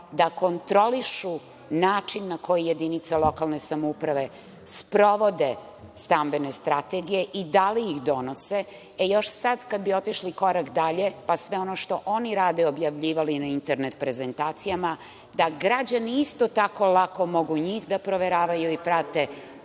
da kontrolišu način na koji jedinice lokalne samouprave sprovode stambene strategije i da li ih donose. Još sad kad bi otišli korak dalje, pa sve ono što oni rade objavljivali na internet prezentacijama, da građani isto tako lako mogu njih da proveravaju i prate,